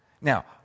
Now